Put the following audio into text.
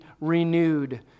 renewed